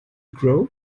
grow